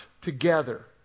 together